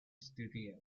studio